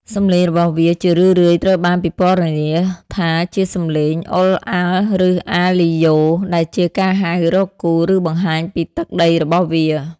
សំឡេងរបស់វាជារឿយៗត្រូវបានពិពណ៌នាថាជាសំឡេង "អ៊ូ-អាល់" ឬ "អា-លីយូ" ដែលជាការហៅរកគូ ឬបង្ហាញពីទឹកដីរបស់វា។